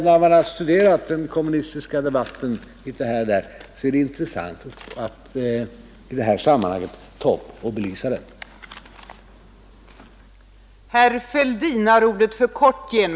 När man har studerat den kommunistiska debatten litet här och där tycker jag att det är intressant att ta upp och belysa den i det här sammanhanget.